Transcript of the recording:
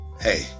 Hey